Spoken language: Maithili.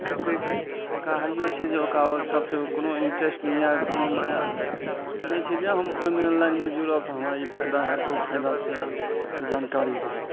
कतेक शाकाहरियो छै जे ओकरा आओर सबसऽ ओ कोनो इंटरेस्ट दुनिऑंक कोनो माजा नहि छै जे हम ओहिमे लाइनमे जुड़ब तऽ हमरा ई फायदा होएत ओ फायदा से जानकारी रहत